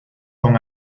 con